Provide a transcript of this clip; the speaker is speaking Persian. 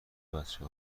بچه